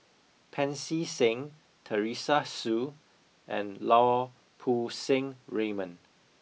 Pancy Seng Teresa Hsu and Lau Poo Seng Raymond